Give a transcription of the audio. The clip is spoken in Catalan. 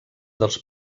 dels